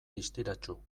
distiratsu